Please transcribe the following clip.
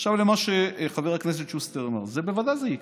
עכשיו למה שחבר הכנסת שוסטר אמר: זה בוודאי יקרה.